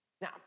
Now